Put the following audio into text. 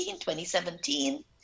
2017